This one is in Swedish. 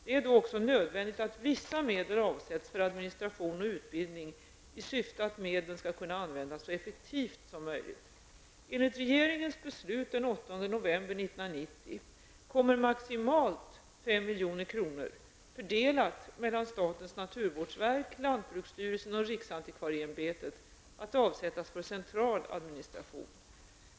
Det är då också nödvändigt att vissa medel avsätts för administration och utbildning i syfte att medlen skall kunna användas så effektivt som möjligt. kommer maximalt 5 milj.kr. -- fördelat mellan statens naturvårdsverk, lantbruksstyrelsen och riksantikvarieämbetet -- att avsättas för central administration.